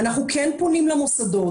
אנחנו כן פונים למוסדות